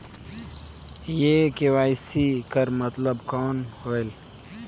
ये के.वाई.सी कर मतलब कौन होएल?